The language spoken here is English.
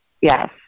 Yes